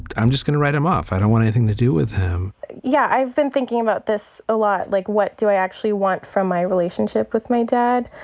i'm just going to write him off. i don't want anything to do with him yeah. i've been thinking about this a lot. like, what do i actually want from my relationship with my dad?